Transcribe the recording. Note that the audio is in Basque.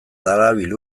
darabil